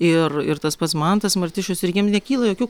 ir ir tas pats mantas martišius ir jiem nekyla jokių